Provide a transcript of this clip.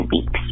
weeks